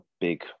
big